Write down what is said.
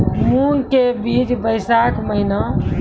मूंग के बीज बैशाख महीना